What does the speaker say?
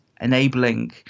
enabling